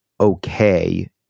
okay